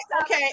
Okay